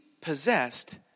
possessed